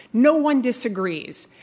no one disagrees.